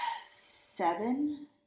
seven